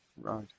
Right